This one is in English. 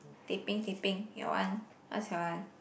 teh peng teh peng your one what's your one